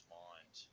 mind